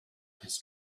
his